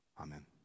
Amen